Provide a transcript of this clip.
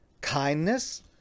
Kindness